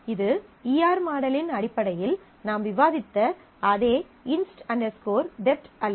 இது E R மாடலின் அடிப்படையில் நாம் விவாதித்த அதே இன்ஸ்ட் டெப்ட் inst dept அல்ல